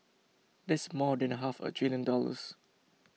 that's more than half a trillion dollars